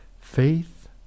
faith